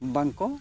ᱵᱟᱝ ᱠᱚ